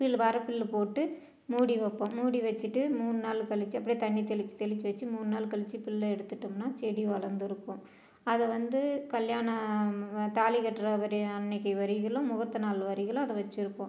bill வர பில் போட்டு மூடி வைப்போம் மூடி வச்சுட்டு மூண் நாள் கழிச்சு அப்படே தண்ணி தெளிச்சி தெளிச்சி வச்சு மூண் நாள் கழிச்சு பில் எடுத்துகிட்டோம்னா செடி வளர்ந்துருக்கும் அதை வந்து கல்யாணம் தாலி கட்டுறவரு அன்னைக்கு வரையிலும் முகூர்த்த நாள் வரையிலும் அதை வச்சுருப்போம்